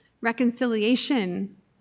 Reconciliation